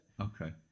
Okay